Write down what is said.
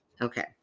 Okay